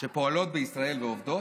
שפועלות בישראל ועובדות,